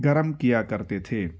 گرم کیا کرتے تھے